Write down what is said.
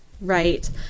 Right